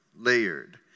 layered